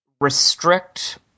restrict –